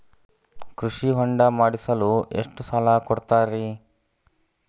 ಕೃಷಿ ಹೊಂಡ ಮಾಡಿಸಲು ಎಷ್ಟು ಸಾಲ ಕೊಡ್ತಾರೆ?